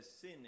sin